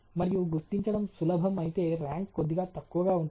మరియు గుర్తించడం సులభం అయితే ర్యాంక్ కొద్దిగా తక్కువగా ఉంటుంది